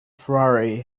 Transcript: ferrari